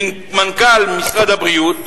שמנכ"ל משרד הבריאות,